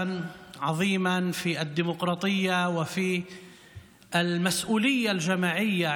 אשר שלח לנו אתמול מסר נהדר של דמוקרטיה ואחריות חברתית.